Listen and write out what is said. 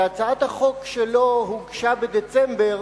שהצעת החוק שלו הוגשה בדצמבר,